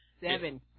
Seven